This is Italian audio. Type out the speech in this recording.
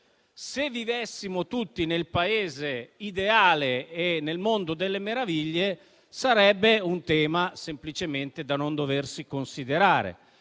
Se vivessimo tutti nel Paese ideale e nel mondo delle meraviglie, sarebbe un tema semplicemente da non doversi considerare.